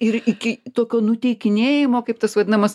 ir iki tokio nuteikinėjimo kaip tas vadinamas